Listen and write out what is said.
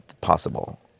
possible